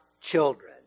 children